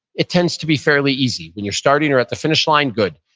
it tends to be fairly easy when you're starting or at the finish line, good.